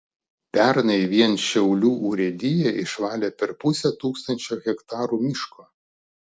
pernai vien šiaulių urėdija išvalė per pusę tūkstančio hektarų miško